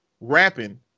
rapping